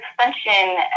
extension